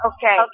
Okay